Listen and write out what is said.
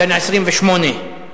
בן 28,